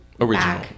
Original